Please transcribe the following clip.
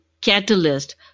catalyst